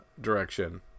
direction